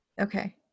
okay